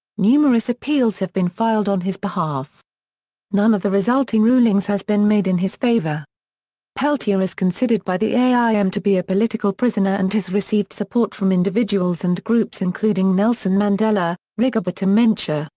numerous appeals have been filed on his behalf none of the resulting rulings has been made in his favor peltier is considered by the aim to be a political prisoner and has received support from individuals and groups including nelson mandela, rigoberta menchu,